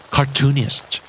Cartoonist